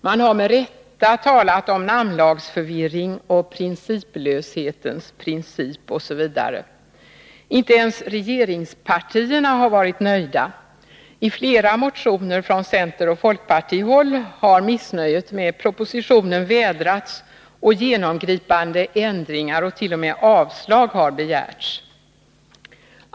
Man har med rätta talat om namnlagsförvirring och principlöshetens princip osv. Inte ens regeringspartierna har varit nöjda. I flera motioner från centern och folkpartihåll har missnöjet med propositionen vädrats och genomgripande ändringar och t.o.m. avslag begärts.